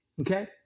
Okay